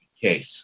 case